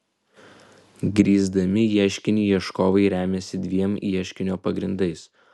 grįsdami ieškinį ieškovai remiasi dviem ieškinio pagrindais